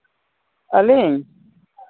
ᱟᱹᱞᱤᱧ